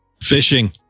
Fishing